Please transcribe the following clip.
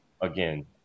again